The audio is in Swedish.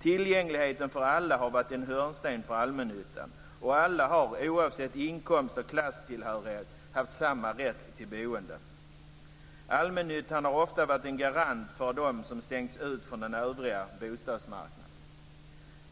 Tillgängligheten för alla har varit en hörnsten för allmännyttan, och alla har oavsett inkomst och klasstillhörighet haft samma rätt till boende. Allmännyttan har ofta varit en garant för dem som stängts ut från den övriga bostadsmarknaden.